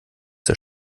der